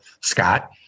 Scott